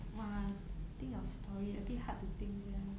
!wah! think of story a bit hard to think sia